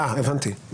הבנתי.